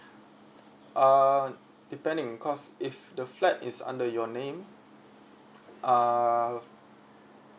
uh depending cause if the flat is under your name uh